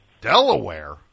Delaware